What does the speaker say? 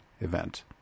event